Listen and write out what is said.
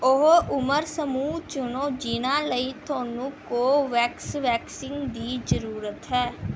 ਉਹ ਉਮਰ ਸਮੂਹ ਚੁਣੋ ਜਿਨ੍ਹਾਂ ਲਈ ਤੁਹਾਨੂੰ ਕੋਵੈਕਸ ਵੈਕਸੀਨ ਦੀ ਜ਼ਰੂਰਤ ਹੈ